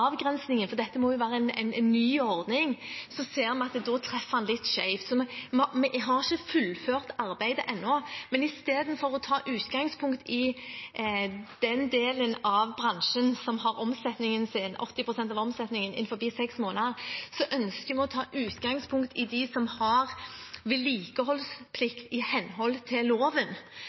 avgrensningen, for dette må jo være en ny ordning, ser vi at da treffer den litt skjevt. Så vi har ikke fullført arbeidet ennå. I stedet for å ta utgangspunkt i den delen av bransjen som har 80 pst. av omsetningen sin innenfor seks måneder, ønsker vi å ta utgangspunkt i de som har vedlikeholdsplikt i henhold til loven.